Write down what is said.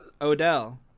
Odell